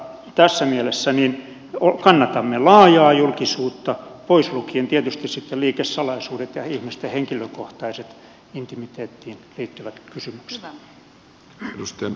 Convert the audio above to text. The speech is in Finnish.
tässä mielessä kannatamme laajaa julkisuutta pois lukien tietysti sitten liikesalaisuudet ja ihmisten henkilökohtaiset intimiteettiin liittyvät kysymykset